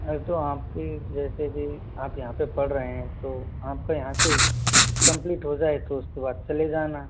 अरे तो आप की जैसे की आप यहाँ पे पढ़ रहे हैं तो आपका यहाँ से कंप्लीट हो जाए फिर उसके बाद चले जाना